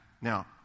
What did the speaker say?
now